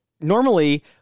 normally